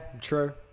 true